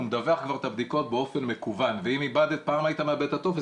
הוא מדווח על הבדיקות כבר באופן מקוון ואם פעם היית מאבד את הטופס,